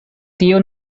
tio